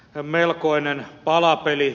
on tämä melkoinen palapeli